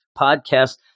podcast